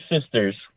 sisters